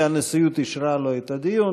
והנשיאות אישרה לו את הדיון,